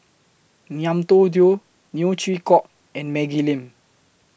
Ngiam Tong Dow Neo Chwee Kok and Maggie Lim